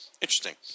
Interesting